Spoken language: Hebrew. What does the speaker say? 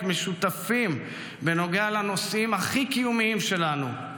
משותפים בנוגע לנושאים הכי קיומיים שלנו.